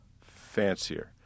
fancier